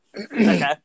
Okay